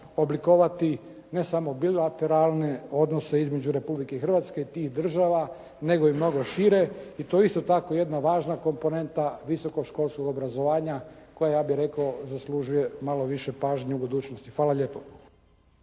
oblikovati ne samo bilateralne odnose između Republike Hrvatske i tih država nego i mnogo šire. I to je isto tako jedna važna komponenta visoko školskog obrazovanja koja, ja bih rekao, zaslužuje malo više pažnje u budućnosti. Hvala lijepo.